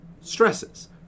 stresses